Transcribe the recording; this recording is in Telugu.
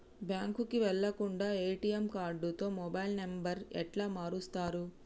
బ్యాంకుకి వెళ్లకుండా ఎ.టి.ఎమ్ కార్డుతో మొబైల్ నంబర్ ఎట్ల మారుస్తరు?